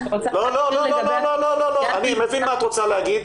אני מבין מה את רוצה להגיד,